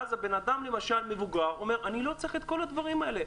ואז בן אדם מבוגר אומר שהוא לא צריך את כל הדברים האלה,